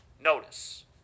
notice